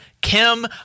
Kim